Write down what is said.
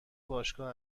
باشگاه